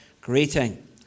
greeting